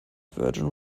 virgin